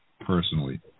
personally